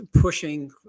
pushing